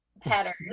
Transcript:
pattern